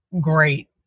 great